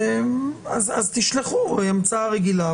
תשלחו המצאה רגילה.